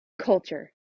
culture